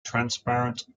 transparent